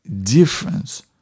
difference